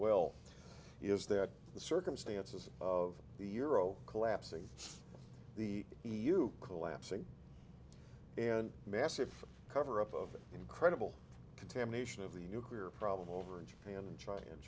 well is that the circumstances of the euro collapsing the e u collapsing and massive cover up of the incredible contamination of the nuclear problem over in japan and